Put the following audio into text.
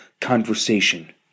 conversation